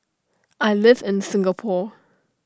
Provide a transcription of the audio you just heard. I live in Singapore